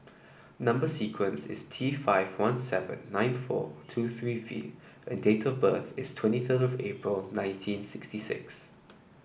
number sequence is T five one seven nine four two three V and date of birth is twenty third of April of nineteen sixty six